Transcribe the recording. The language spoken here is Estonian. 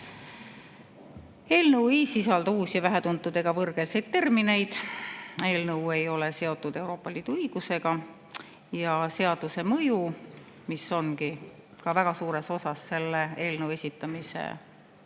Eelnõu ei sisalda uusi, vähetuntud ega võõrkeelseid termineid. Eelnõu ei ole seotud Euroopa Liidu õigusega. Ja seaduse mõju, mis ongi väga suures osas selle eelnõu esitamise